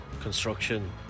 construction